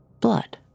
Blood